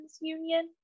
Union